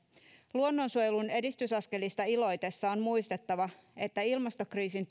luonnonsuojelun edistysaskelista iloitessa on muistettava että ilmastokriisin